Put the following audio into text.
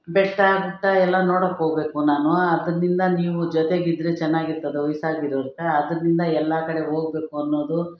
ಬೆಟ್ಟ ಗುಡ್ಡ ಎಲ್ಲ ನೋಡಕ್ಕೆ ಹೋಗ್ಬೇಕು ನಾನು ಅದ್ರಿಂದ ನೀವು ಜೊತೆಗಿದ್ದರೆ ಚೆನ್ನಾಗಿ ಇರ್ತದೆ ವಯಸ್ಸಾಗಿರೋರ್ತ ಅದ್ರಿಂದ ಎಲ್ಲ ಕಡೆಗೆ ಹೋಗಬೇಕು ಅನ್ನೋದು